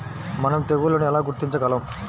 మనం తెగుళ్లను ఎలా గుర్తించగలం?